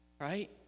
right